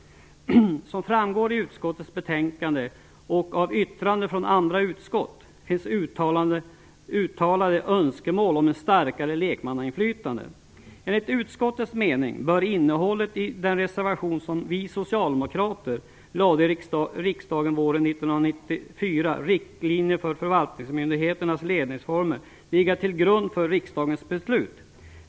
Som framgår av utskottets betänkande och av yttranden från andra utskott finns uttalade önskemål om ett starkare lekmannainflytande. Enligt utskottets mening bör innehållet i den reservation som vi socialdemokrater lade fram i riksdagen våren 1994, om riktlinjerna för förvaltningsmyndigheterna ledningsformer, ligga till grund för riksdagens beslut.